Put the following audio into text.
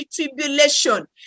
tribulation